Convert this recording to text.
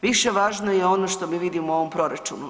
Više važno je ono što mi vidimo u ovom proračunu.